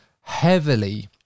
heavily